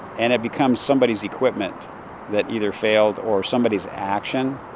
and it becomes somebody's equipment that either failed or somebody's action,